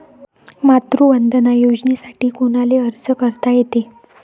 मातृवंदना योजनेसाठी कोनाले अर्ज करता येते?